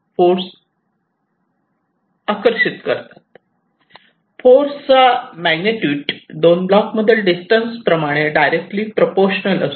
force चा magnitude दोन blocks मधले डिस्टन्स प्रमाणे डायरेक्टलिं प्रपोशनल असतो